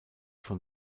von